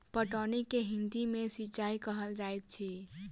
पटौनी के हिंदी मे सिंचाई कहल जाइत अछि